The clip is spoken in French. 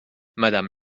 madame